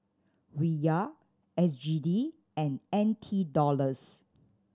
Riyal S G D and N T Dollars